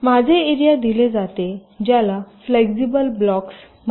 तर माझे एरिया दिले जाते ज्याला फ्लेक्सिबल ब्लॉक्स म्हणतात